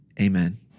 Amen